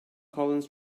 collins